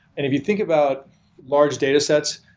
if you think about large data sets,